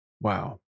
Wow